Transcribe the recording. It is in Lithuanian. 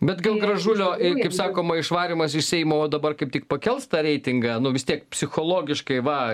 bet gal gražulio ir kaip sakoma išvarymas iš seimo o dabar kaip tik pakels tą reitingą nu vis tiek psichologiškai va